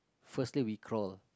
first thing we crawl